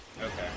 Okay